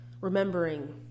remembering